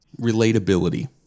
relatability